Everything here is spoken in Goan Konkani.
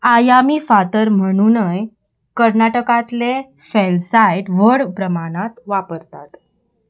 आयामी फातर म्हणुनूय कर्नाटकांतले फॅलसायट व्हड प्रमाणांत वापरतात